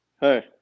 Hey